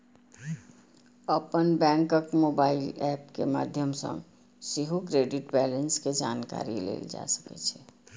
अपन बैंकक mobile app के माध्यम सं सेहो क्रेडिट बैंलेंस के जानकारी लेल जा सकै छै